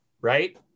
right